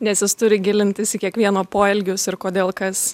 nes jis turi gilintis į kiekvieno poelgius ir kodėl kas